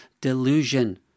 Delusion